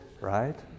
right